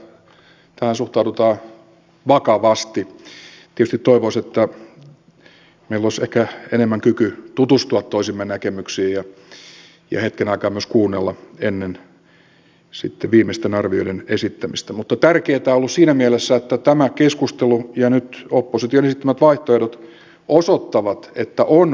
tietysti toivoisi että meillä olisi ehkä enemmän kykyä tutustua toistemme näkemyksiin ja hetken aikaa myös kuunnella ennen sitten viimeisten arvioiden esittämistä mutta tärkeätä tämä on ollut siinä mielessä että tämä keskustelu ja nyt opposition esittämät vaihtoehdot osoittavat että on vaihtoehtoja